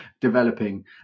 developing